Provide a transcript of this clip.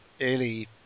early